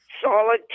solid